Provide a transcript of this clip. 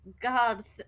god